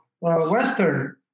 Western